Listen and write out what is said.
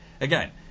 again